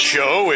Show